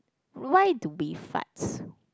why do we farts